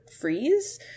freeze